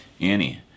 Annie